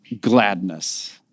gladness